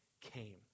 came